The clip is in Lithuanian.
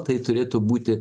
tai turėtų būti